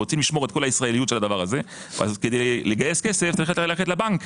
רוצים לשמור את כל הישראליות של זה וכדי לגייס כסף צריך ללכת לבנק.